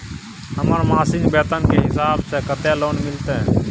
हमर मासिक वेतन के हिसाब स कत्ते लोन मिलते?